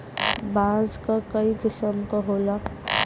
बांस क कई किसम क होला